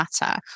Matter